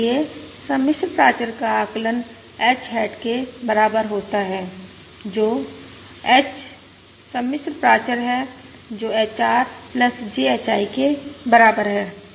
इसलिए सम्मिश्र प्राचर का आकलन h हैट के बराबर होता है h जो सम्मिश्र प्राचर है जो HR JHI के बराबर है